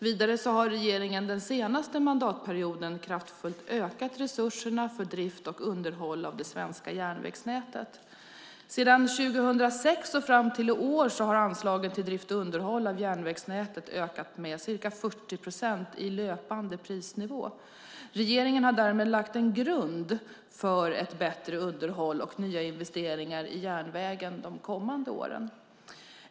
Vidare har regeringen den senaste mandatperioden kraftfullt ökat resurserna för drift och underhåll av det svenska järnvägsnätet. Sedan 2006 och fram till i år har anslagen till drift och underhåll av järnvägsnätet ökat med ca 40 procent i löpande prisnivå. Regeringen har därmed lagt en grund för ett bättre underhåll och nya investeringar i järnvägen de kommande åren.